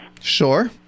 Sure